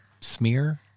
smear